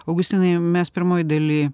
augustinai mes pirmoj daly